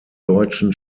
deutschen